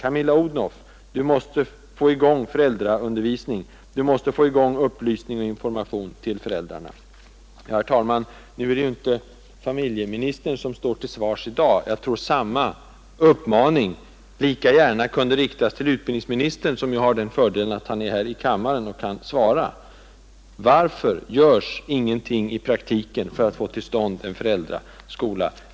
Camilla Odhnoff, Du måste få i gång föräldraundervisning. Du måste få i gång upplysning och information till föräldrarna.” Herr talman! Det är ju inte familjeministern som står till svars i dag. Jag tror att samma uppmaning lika gärna kunde riktas till utbildningsministern, som har den fördelen att han är här i kammaren och kan svara. Varför görs ingenting i praktiken för att få till stånd en föräldraskola?